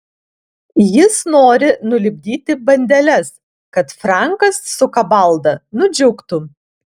jis nori nulipdyti bandeles kad frankas su kabalda nudžiugtų